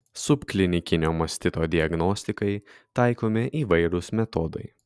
subklinikinio mastito diagnostikai taikomi įvairūs metodai